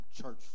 church